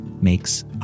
makes